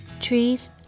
Trees